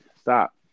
Stop